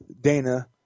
Dana